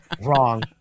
Wrong